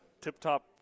tip-top